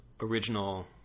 original